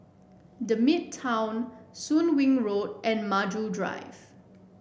The Midtown Soon Wing Road and Maju Drive